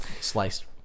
sliced